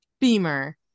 beamer